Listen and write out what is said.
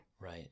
Right